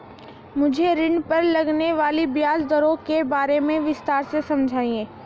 मुझे ऋण पर लगने वाली ब्याज दरों के बारे में विस्तार से समझाएं